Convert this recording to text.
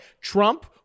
Trump